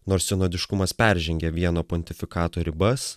nors senodiškumas peržengia vieno pontifikato ribas